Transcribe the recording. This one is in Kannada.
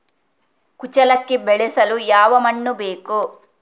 ಕುಚ್ಚಲಕ್ಕಿ ಬೆಳೆಸಲು ಯಾವ ಮಣ್ಣು ಬೇಕು?